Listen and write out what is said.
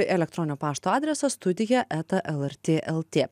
elektroninio pašto adresas studija eta lrt lt